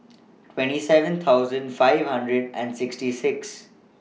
twenty seven thousand five hundred and sixty six